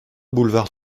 boulevard